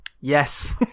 Yes